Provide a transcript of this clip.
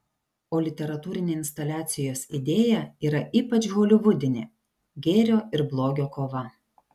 o literatūrinė instaliacijos idėja yra ypač holivudinė gėrio ir blogio kova